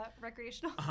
recreational